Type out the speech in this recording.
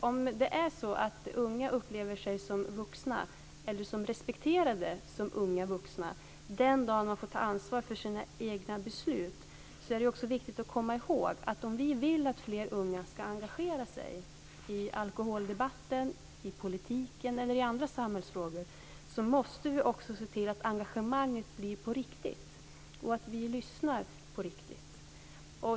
Om unga upplever sig som vuxna eller respekterade som unga vuxna den dagen de får ta ansvar för sina egna beslut, är det också viktigt att komma ihåg att om vi vill att fler unga ska engagera sig i alkoholdebatten, i politiken eller i andra samhällsfrågor, måste vi se till att engagemanget blir på riktigt och att vi lyssnar på riktigt.